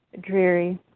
dreary